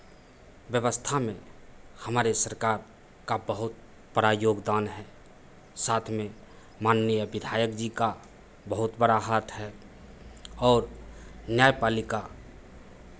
व्यवस्था में हमारे सरकार का बहुत बड़ा योगदान है साथ में माननीय विधायक जी का बहुत बड़ा हाथ है और न्यायपालिका